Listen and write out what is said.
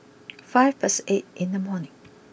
five past eight in the morning